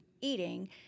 eating